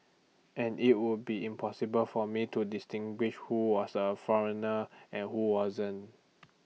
and IT would be impossible for me to distinguish who was A foreigner and who wasn't